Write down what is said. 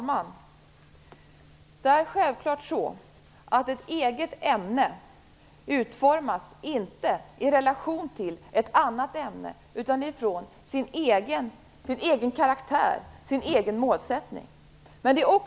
Herr talman! Ett eget ämne utformas självfallet inte i relation till ett annat ämne utan utifrån sin egen karaktär, sin egen målsättning.